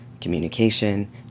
communication